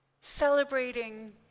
celebrating